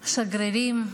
שגרירים,